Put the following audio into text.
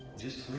just